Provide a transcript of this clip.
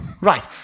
Right